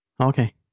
Okay